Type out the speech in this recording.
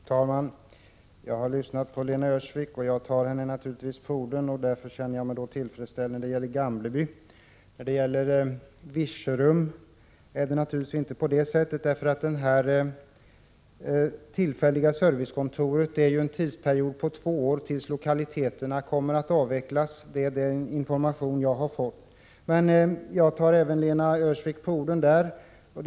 Herr talman! Jag har lyssnat till Lena Öhrsvik och tar henne naturligtvis på orden, och därför känner jag mig tillfredsställd när det gäller Gamleby. Beträffande Virserum är det emellertid inte så. För det tillfälliga servicekontoret finns det en tidsperiod på två år innan lokaliteterna kommer att avvecklas — det är den information som jag har fått. Men jag tar Lena Öhrsvik på orden även i fallet Virserum.